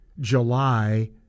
July